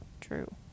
true